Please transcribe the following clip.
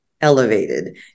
elevated